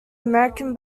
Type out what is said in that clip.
american